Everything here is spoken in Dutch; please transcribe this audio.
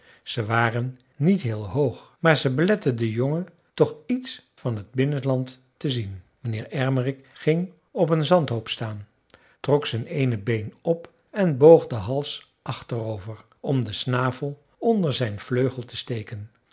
ze waren niet heel hoog maar ze beletten den jongen toch iets van het binnenland te zien mijnheer ermerik ging op een zandhoop staan trok zijn eene been op en boog den hals achterover om den snavel onder zijn vleugel te steken